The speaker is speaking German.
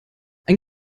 ein